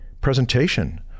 presentation